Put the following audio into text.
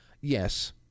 Yes